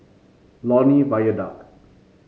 Lornie Viaduct